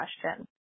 question